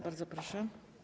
Bardzo proszę.